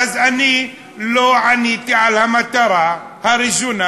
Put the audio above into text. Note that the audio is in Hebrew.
אני לא עניתי על המטרה הראשונה,